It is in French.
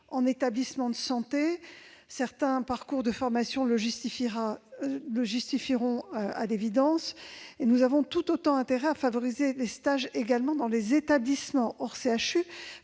en établissement de santé. Certains parcours de formation le justifieront à l'évidence, et nous avons tout autant intérêt à favoriser également les stages dans les établissements hors CHU.